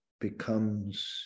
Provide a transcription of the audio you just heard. becomes